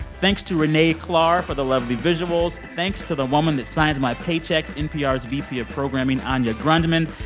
thanks to renee klahr for the lovely visuals. thanks to the woman that signs my paychecks, npr's vp of programming, anya grundmann.